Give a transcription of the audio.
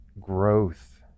growth